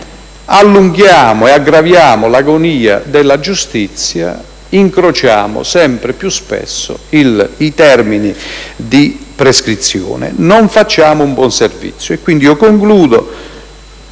Allunghiamo ed aggraviamo l'agonia della giustizia, incrociamo sempre più spesso i termini di prescrizione. Non facciamo un buon servizio.